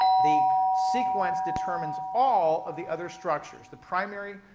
the sequence determines all of the other structures. the primary,